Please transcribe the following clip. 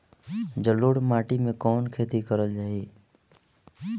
जलोढ़ माटी में कवन खेती करल जाई?